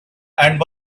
and